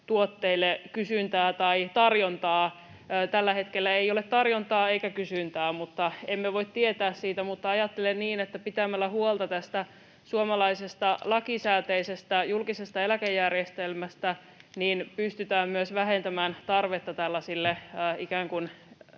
tuotteille kysyntää tai tarjontaa. Tällä hetkellä ei ole tarjontaa eikä kysyntää, mutta emme voi tietää siitä. Ajattelen niin, että pitämällä huolta tästä suomalaisesta lakisääteisestä julkisesta eläkejärjestelmästä pystytään myös vähentämään tarvetta tällaisille